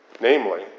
Namely